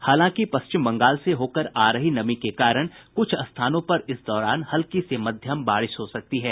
हालांकि पश्चिम बंगाल से होकर आ रही नमी के कारण कुछ स्थानों पर इस दौरान हल्की से मध्यम बारिश हो सकती है